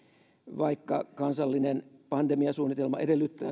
vaikka kansallinen pandemiasuunnitelma edellyttää